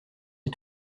les